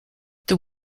this